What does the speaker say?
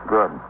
Good